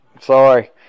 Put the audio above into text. Sorry